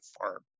farm